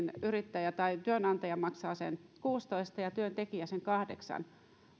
yrittäjä tai työnantaja maksaa sen kuusitoista ja työntekijä sen kahdeksan